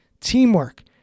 teamwork